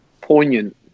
poignant